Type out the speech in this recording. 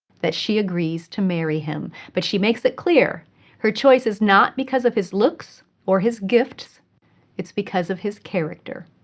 that she agrees to marry him. but she makes it clear that her choice is not because of his looks or his gifts it's because of his character.